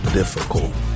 difficult